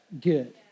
good